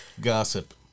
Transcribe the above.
gossip